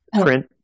print